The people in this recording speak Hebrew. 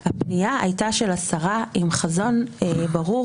הפנייה הייתה של השרה עם חזון ברור